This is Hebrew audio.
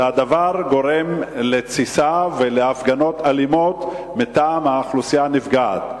הדבר גורם לתסיסה ולהפגנות אלימות מטעם האוכלוסייה הנפגעת.